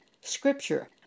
Scripture